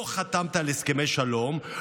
לא חתמת על הסכמי שלום,